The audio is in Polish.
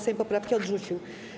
Sejm poprawki odrzucił.